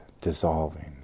dissolving